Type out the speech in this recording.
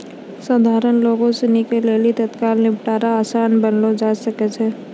सधारण लोगो सिनी के लेली तत्काल निपटारा असान बनैलो जाय सकै छै